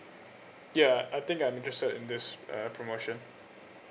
ya I think I'm interested in this uh promotion